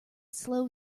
slow